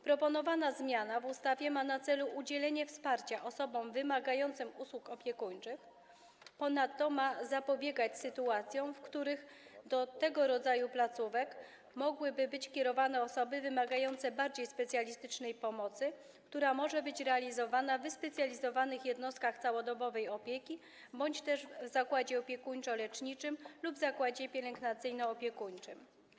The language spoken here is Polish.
Proponowana zmiana w ustawie ma na celu udzielenie wsparcia osobom wymagającym usług opiekuńczych, ponadto ma zapobiegać sytuacjom, w których do tego rodzaju placówek mogłyby być kierowane osoby wymagające bardziej specjalistycznej pomocy, która może być realizowana w wyspecjalizowanych jednostkach całodobowej opieki bądź też w zakładzie opiekuńczo-leczniczym lub zakładzie pielęgnacyjno-opiekuńczym.